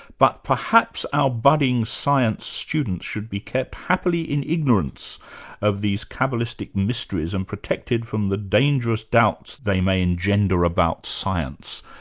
but perhaps our budding science student should be kept happily in ignorance of these cabbalistic mysteries and protected from the dangerous doubts they may engender about science.